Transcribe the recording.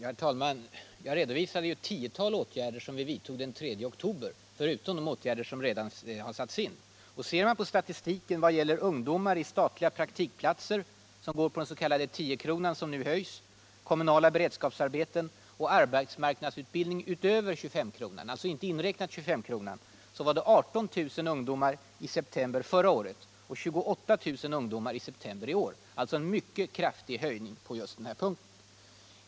Herr talman! Jag redovisade ju ett tiotal åtgärder som regeringen vidtog den 3 oktober — förutom de åtgärder som vi redan hade satt in. Om man ser på statistiken beträffande ungdomar på statliga praktikplatser, som går på den s.k. 10-kronan — den höjs nu - kommunala beredskapsarbeten och arbetsmarknadsutbildning utöver 25-kronan, så var det 18.000 ungdomar i september förra året och 28.000 ungdomar i september i år. Det är alltså en mycket kraftig ökning på just denna punkt.